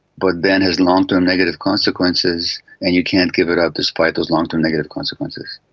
but then has long-term negative consequences and you can't give it up despite those long-term negative consequences.